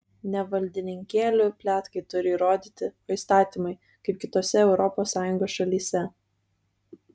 ne valdininkėlių pletkai turi įrodyti o įstatymai kaip kitose europos sąjungos šalyse